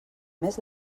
més